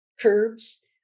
curbs